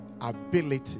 ability